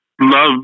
love